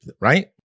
right